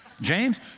James